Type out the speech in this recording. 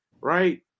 right